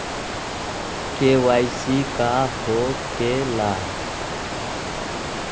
KYC का हो के ला?